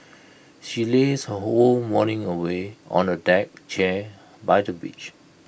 she lazed her whole morning away on A deck chair by the beach